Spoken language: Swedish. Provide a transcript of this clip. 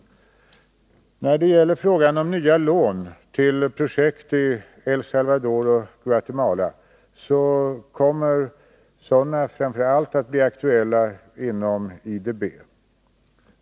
När det gäller frågan om nya lån till projekt i EI Salvador och Guatemala kommer sådana att framför allt bli aktuella inom IDB.